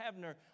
Havner